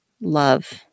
love